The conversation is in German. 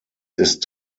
ist